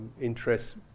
interests